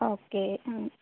okay മ്